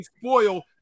spoil